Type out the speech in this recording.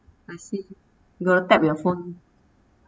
I see gotta tap your phone